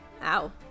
Ow